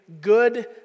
good